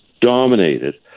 dominated